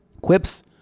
Quip's